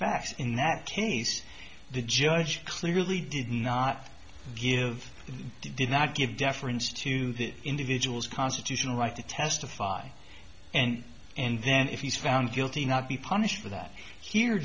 facts in that case the judge clearly did not give did not give deference to the individual's constitutional right to testify and and then if he's found guilty not be punished for that he